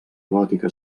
gòtica